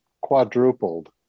quadrupled